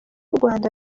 rwanda